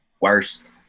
Worst